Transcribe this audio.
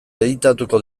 editatuko